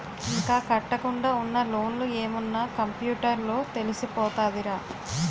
ఇంకా కట్టకుండా ఉన్న లోన్లు ఏమున్న కంప్యూటర్ లో తెలిసిపోతదిరా